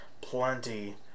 plenty